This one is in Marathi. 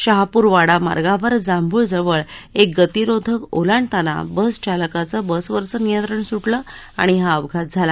शहापूर वाडा मार्गावर जांभूळ जवळ एक गतिरोधक ओलांडताना बस चालकाचं बसवरचं नियंत्रण सुटलं आणि हा अपघात घडला